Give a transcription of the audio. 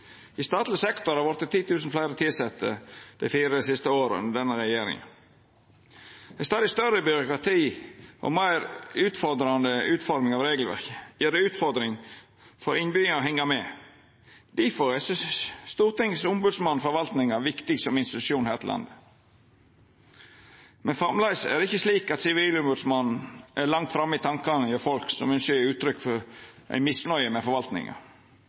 I statleg sektor har det vorte 10 000 fleire tilsette dei fire siste åra under denne regjeringa. Med stadig større byråkrati og meir utfordrande utforming av regelverket er det ei utfordring for innbyggjarane å hengja med. Difor er Stortingets ombodsmann for forvaltninga viktig som institusjon her i landet. Men enno er det ikkje slik at Sivilombodsmannen er langt framme i tankane hjå folk som ynskjer å gje uttrykk for misnøye med forvaltninga.